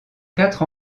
quatre